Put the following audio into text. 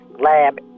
lab